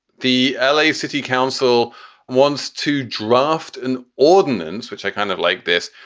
the l a. city council wants to draft an ordinance, which i kind of like this,